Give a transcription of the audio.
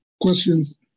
questions